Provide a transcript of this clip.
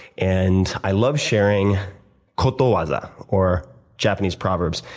and i love sharing kotowaza, or japanese proverbs.